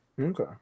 okay